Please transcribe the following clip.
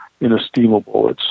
inestimable